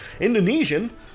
Indonesian